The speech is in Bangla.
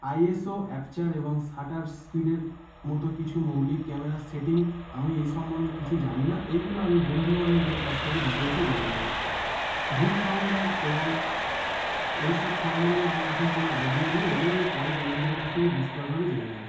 আইএসও অ্যাপচার এবং শাটার স্পিডের মতো কিছু মৌলিক ক্যামেরা সেটিং আমি এই সম্বন্ধে কিছু জানি না এইগুলো আমি বন্ধু বান্ধবদের কাছ থেকে ডিটেলসে জেনে নেবো ভিউ ফাউন্ডার এবং এইসব সম্বন্ধে আমার এখন কোনো আইডিয়া নেই এইগুলো আমি পরে বন্ধুদের কাছ থেকে বিস্তরভাবে জেনে নেবো